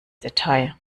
detail